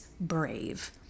brave